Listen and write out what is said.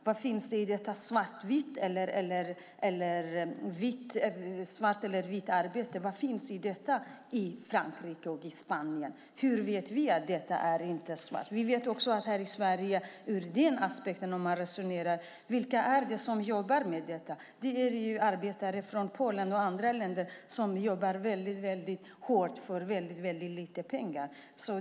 Hur vet vi vad som är svart eller vitt arbete i Frankrike eller i Spanien? Hur vet vi att det inte handlar om svartarbete? Vi vet också att de som utför den här typen av jobb här i Sverige är arbetare från Polen och andra länder som jobbar hårt för väldigt lite pengar.